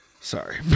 Sorry